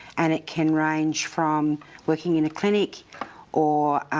and it can range from working in a clinic or